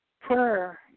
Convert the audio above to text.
Prayer